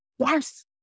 Yes